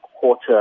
quarter